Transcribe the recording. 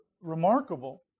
remarkable